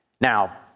Now